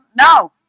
No